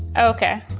okay.